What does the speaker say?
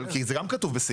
אבל, זה גם כתוב בסעיף.